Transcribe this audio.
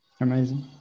Amazing